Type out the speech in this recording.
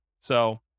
So-